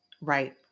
Right